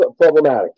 problematic